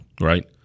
Right